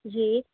जी